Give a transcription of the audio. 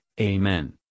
Amen